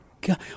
God